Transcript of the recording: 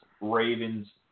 Ravens